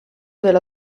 della